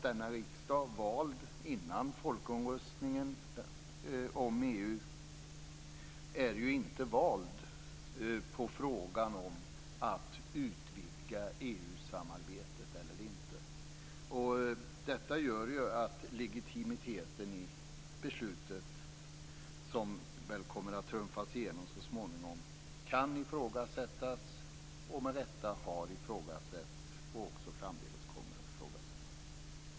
Denna riksdag, som valdes innan folkomröstningen om EU ägde rum, är inte vald på frågan om att utvidga EU-samarbetet eller inte. Detta gör ju att legitimiteten i beslutet som väl kommer att trumfas igenom så småningom kan ifrågasättas, och med rätta har ifrågasatts.